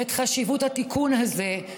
את חשיבות התיקון הזה.